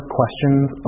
questions